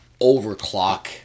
overclock